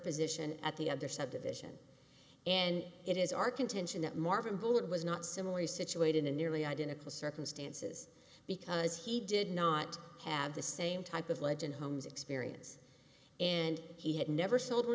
position at the other subdivision and it is our contention that marvin bullet was not similarly situated in nearly identical circumstances is because he did not have the same type of legend homes experience and he had never sold one